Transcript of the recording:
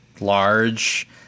large